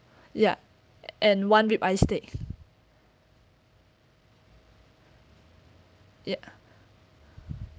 ya and one ribeye steak ya